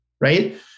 right